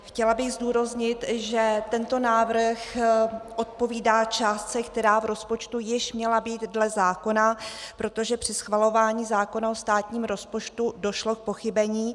Chtěla bych zdůraznit, že tento návrh odpovídá částce, která v rozpočtu již měla být dle zákona, protože při schvalování zákona o státním rozpočtu došlo k pochybení.